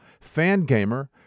Fangamer